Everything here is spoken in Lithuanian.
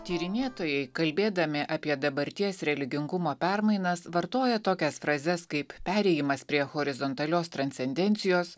tyrinėtojai kalbėdami apie dabarties religingumo permainas vartoja tokias frazes kaip perėjimas prie horizontalios transcendencijos